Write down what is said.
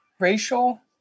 Racial